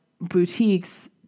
boutiques